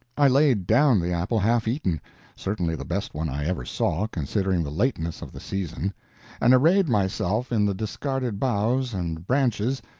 i laid down the apple half-eaten certainly the best one i ever saw, considering the lateness of the season and arrayed myself in the discarded boughs and branches,